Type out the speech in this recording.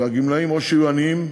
הגמלאים יהיו עניים,